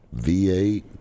V8